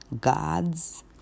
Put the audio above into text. gods